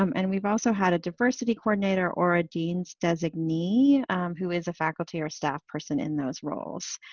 um and we've also had a diversity coordinator or a dean's designee who is a faculty or staff person in those roles.